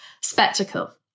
spectacle